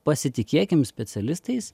pasitikėkim specialistais